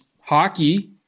hockey